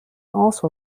also